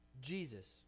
Jesus